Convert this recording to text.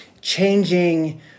changing